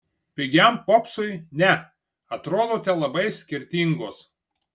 pigiam popsui ne atrodote labai skirtingos